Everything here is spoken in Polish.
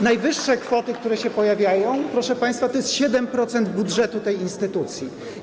Najwyższe kwoty, które się pojawiają, proszę państwa, stanowią 7% budżetu tej instytucji.